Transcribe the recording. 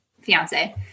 fiance